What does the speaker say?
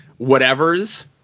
whatevers